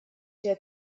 der